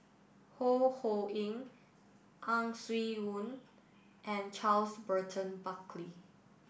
Ho Ho Ying Ang Swee Aun and Charles Burton Buckley